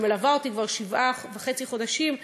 שמלווה אותי כבר שבעה וחצי חודשים,